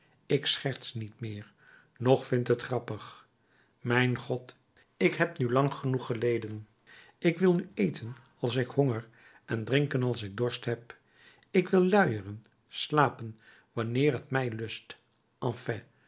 ik scherts niet meer noch vind het grappig mijn god ik heb nu lang genoeg geleden ik wil nu eten als ik honger en drinken als ik dorst heb ik wil luieren slapen wanneer t mij lust enfin